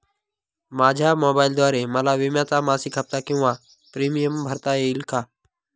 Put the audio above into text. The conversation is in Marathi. माझ्या मोबाईलद्वारे मला विम्याचा मासिक हफ्ता किंवा प्रीमियम भरता येईल का?